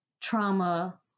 trauma